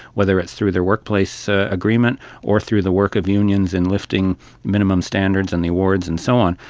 whether it's through their workplace ah agreement or through the work of unions in lifting minimum standards and the awards and so on,